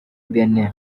benin